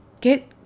Get